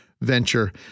Venture